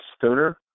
sooner